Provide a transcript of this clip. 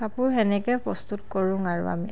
কাপোৰ সেনেকেই প্ৰস্তুত কৰোঁ আৰু আমি